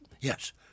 Yes